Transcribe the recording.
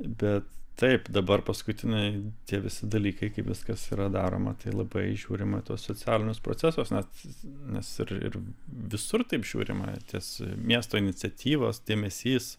bet taip dabar paskutinai tie visi dalykai kai viskas yra daroma tai labai žiūrima į tuos socialinius procesus nes nes ir ir visur taip žiūrima ties miesto iniciatyvos dėmesys